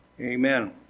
Amen